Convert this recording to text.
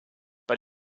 but